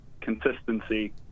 consistency